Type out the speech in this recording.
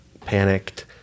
panicked